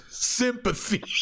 Sympathy